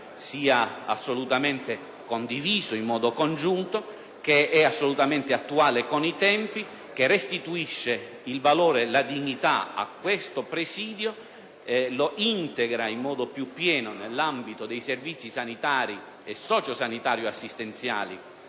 che sembra sia condiviso in modo congiunto, che è assolutamente attuale con i tempi, che restituisce il valore e la dignità alla farmacia e la integra in modo più pieno nell'ambito dei servizi sanitari e sociosanitario-assistenziali